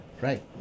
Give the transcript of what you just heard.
Right